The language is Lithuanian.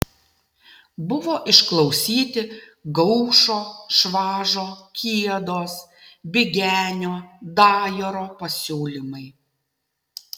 buvo išklausyti gaušo švažo kiedos bigenio dajoro pasiūlymai